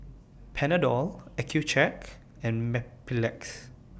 Panadol Accucheck and Mepilex